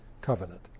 covenant